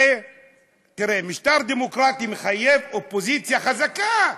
ותראה, משטר דמוקרטי מחייב אופוזיציה חזקה,